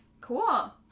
cool